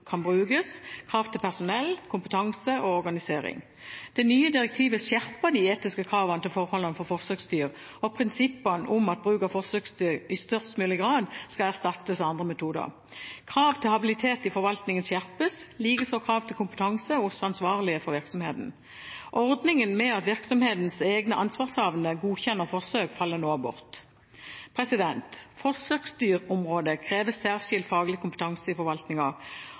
kan brukes, og krav til personell, kompetanse og organisering. Det nye direktivet skjerper de etiske kravene til forholdene for forsøksdyr og prinsippene om at bruk av forsøksdyr i størst mulig grad skal erstattes av andre metoder. Krav til habilitet i forvaltningen skjerpes, likeså krav til kompetanse hos ansvarlige for virksomheten. Ordningen med at virksomhetens egne ansvarshavende godkjenner forsøk faller nå bort. Forsøksdyrområdet krever særskilt faglig kompetanse i